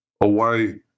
away